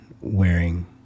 wearing